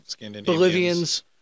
Bolivians